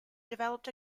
developed